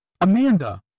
Amanda